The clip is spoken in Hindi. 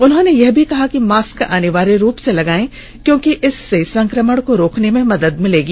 उन्होंने ने यह भी कहा कि मास्क अनिर्वाय रूप से लगाएं चलायेक्योंकि इससे संकमण को रोकने में मदद मिलेगी